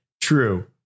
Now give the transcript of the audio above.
true